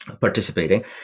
participating